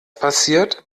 passiert